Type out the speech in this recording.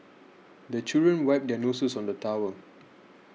the children wipe their noses on the towel